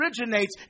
originates